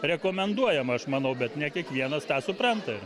rekomenduojama aš manau bet ne kiekvienas tą supranta